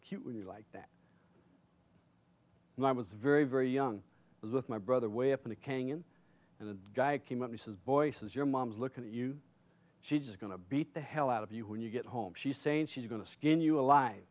when you like that and i was very very young i was with my brother way up in a canyon and the guy came up and says boy says your mom's looking at you she's going to beat the hell out of you when you get home she's saying she's going to skin you alive